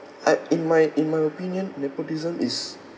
uh in my in my opinion nepotism is